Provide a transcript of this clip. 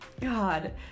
god